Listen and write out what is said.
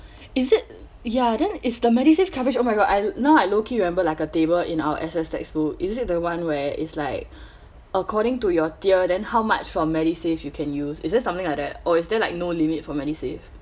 is it ya then is the medisave coverage oh my god I now I low key remember like a table in our S_S textbook is it the one where is like according to your tier then how much for medisave you can use is it something like that or is there like no limit for medisave